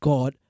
God